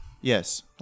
Yes